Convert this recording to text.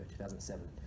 2007